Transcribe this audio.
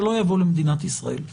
שלא יבוא למדינת ישראל.